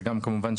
כמובן,